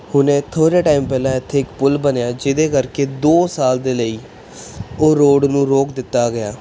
ਹੁਣ ਥੋੜ੍ਹੇ ਟਾਈਮ ਪਹਿਲਾਂ ਇੱਥੇ ਇੱਕ ਪੁੱਲ ਬਣਿਆ ਜਿਹਦੇ ਕਰਕੇ ਦੋ ਸਾਲ ਦੇ ਲਈ ਉਹ ਰੋਡ ਨੂੰ ਰੋਕ ਦਿੱਤਾ ਗਿਆ